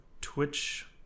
Twitch